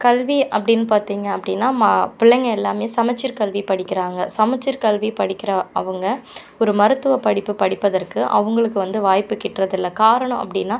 கல்வி அப்படின்னு பார்த்தீங்க அப்படின்னா ம பிள்ளைங்க எல்லாமே சமச்சீர் கல்வி படிக்கிறாங்க சமச்சீர் கல்வி படிக்கிற அவங்க ஒரு மருத்துவப் படிப்பு படிப்பதற்கு அவங்களுக்கு வந்து வாய்ப்பு கிட்டறதில்ல காரணம் அப்படின்னா